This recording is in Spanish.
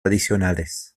adicionales